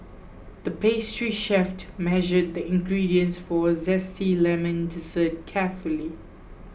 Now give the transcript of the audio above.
the pastry chef measured the ingredients for a zesty lemon dessert carefully